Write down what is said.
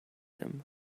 him